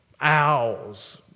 owls